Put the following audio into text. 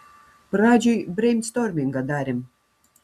pradžioj breinstormingą darėm